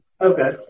Okay